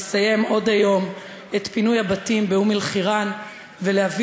לסיים עוד היום את פינוי הבתים באום-אלחיראן ולהביא